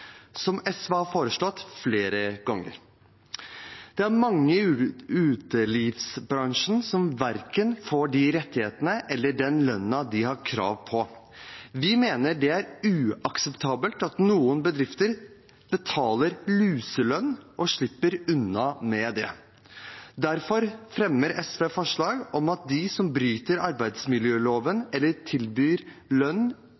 som SV har foreslått flere ganger. Det er mange i utelivsbransjen som verken får de rettighetene eller den lønna de har krav på. Vi mener det er uakseptabelt at noen bedrifter betaler luselønn og slipper unna med det. Derfor fremmer SV forslag om at de som bryter arbeidsmiljøloven eller tilbyr lønn